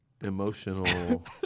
emotional